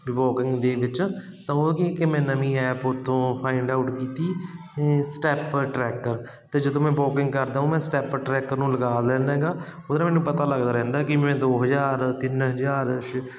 ਵੀ walking ਦੇ ਵਿੱਚ ਤਾਂ ਉਹ ਕੀ ਕਿ ਮੈਂ ਨਵੀਂ ਐਪ ਉੱਥੋਂ ਫਾਇੰਡ ਆਊਟ ਕੀਤੀ ਸਟੈਪਰ ਟਰੈਕਰ 'ਤੇ ਜਦੋਂ ਮੈਂ ਵੋਕਿੰਗ ਕਰਦਾ ਉਹ ਮੈਂ ਸਟੈਪਰ ਟਰੈਕਰ ਨੂੰ ਲਗਾ ਲੈਂਦਾ ਗਾ ਉਹਦੇ ਮੈਨੂੰ ਪਤਾ ਲੱਗਦਾ ਰਹਿੰਦਾ ਕਿ ਮੈਂ ਦੋ ਹਜ਼ਾਰ ਤਿੰਨ ਹਜ਼ਾਰ ਛੇ